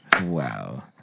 Wow